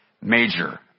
major